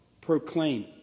proclaim